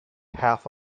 half